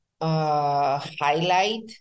Highlight